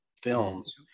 films